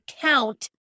count